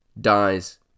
dies